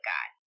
God